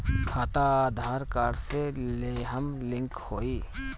खाता आधार कार्ड से लेहम लिंक होई?